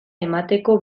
emateko